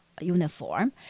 uniform